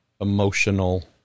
emotional